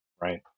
Right